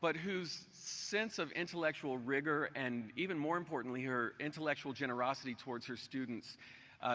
but whose sense of intellectual rigor and even more importantly, her intellectual generosity towards her students